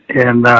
and